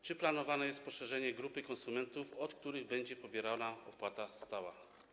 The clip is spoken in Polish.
Czy planowane jest poszerzenie grupy konsumentów, od których będzie pobierana opłata stała?